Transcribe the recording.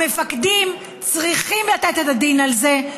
המפקדים צריכים לתת את הדין על זה,